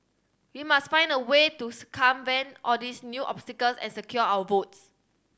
we must find a way to circumvent all these new obstacles and secure our votes